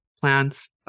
plants